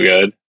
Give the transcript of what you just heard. good